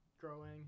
growing